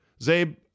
Zabe